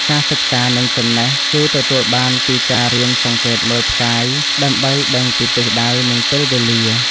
ការសិក្សា និងចំណេះ គឺទទួលបានពីការរៀនសង្កេតមើលផ្កាយដើម្បីដឹងពីទិសដៅ និងពេលវេលា។